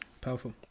powerful